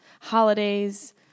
holidays